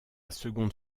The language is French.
seconde